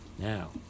Now